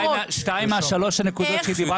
שתיים מתוך שלוש הנקודות שהיא דיברה